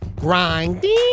Grinding